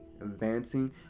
advancing